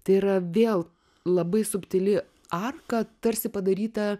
tai yra vėl labai subtili arka tarsi padaryta